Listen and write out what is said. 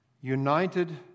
united